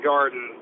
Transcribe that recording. Garden